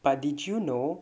but did you know